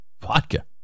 vodka